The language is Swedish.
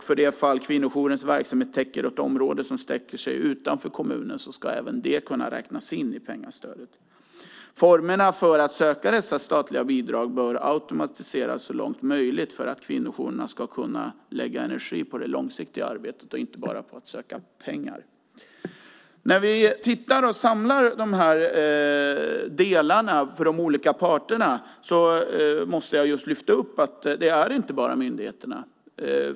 För det fall kvinnojourens verksamhet täcker ett område som sträcker sig utanför kommunen ska även det kunna räknas in i pengastödet. Formerna för att söka dessa statliga bidrag bör automatiseras så långt möjligt för att kvinnojourerna ska kunna lägga energi på det långsiktiga arbetet och inte bara på att söka pengar. När vi samlar de här delarna för de olika parterna måste jag lyfta fram att det inte bara handlar om myndigheterna.